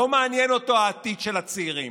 לא מעניין אותו העתיד של הצעירים,